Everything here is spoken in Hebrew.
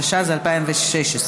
התשע"ז 2016,